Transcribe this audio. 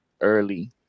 early